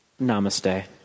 Namaste